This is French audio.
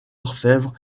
orfèvres